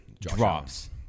drops